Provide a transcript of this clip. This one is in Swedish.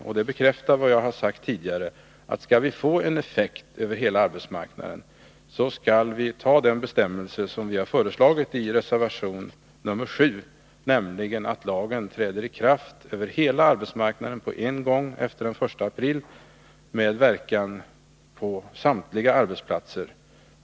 Det bekräftar riktigheten av vad jag har sagt tidigare, att om vi skall få en effekt över hela arbetsmarknaden måste vi ta den bestämmelse som vi har föreslagit i reservation 7, nämligen att lagen träder i kraft över hela arbetsmarknaden på en gång efter den 1 april med verkan på samtliga arbetsplatser.